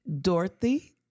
Dorothy